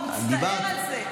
הוא מצטער על זה.